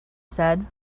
said